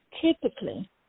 typically